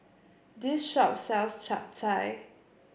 this shop sells Chap Chai